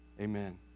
amen